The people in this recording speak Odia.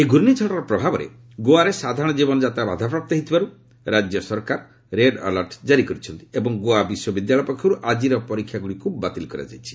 ଏହି ଘ୍ରର୍ଷିଝଡ଼ର ପ୍ରଭାବରେ ଗୋଆରେ ସାଧାରଣ କ୍ଷୀବନଯାତ୍ରା ବାଧାପ୍ରାପ୍ତ ହୋଇଥିବାରୁ ରାଜ୍ୟ ସରକାର ରେଡ୍ ଆଲର୍ଟ ଜାରି କରିଛନ୍ତି ଏବଂ ଗୋଆ ବିଶ୍ୱବିଦ୍ରାଳୟ ପକ୍ଷରୁ ଆଜିର ପରୀକ୍ଷାଗୁଡ଼ିକୁ ବାତିଲ୍ କରାଯାଇଛି